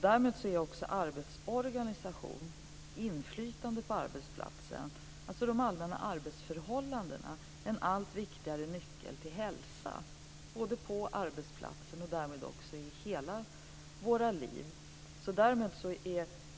Därmed är också arbetsorganisation och inflytande på arbetsplatsen, alltså de allmänna arbetsförhållandena, en allt viktigare nyckel till hälsa både på arbetsplatsen och i våra liv totalt sett.